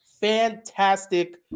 fantastic